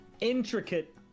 Intricate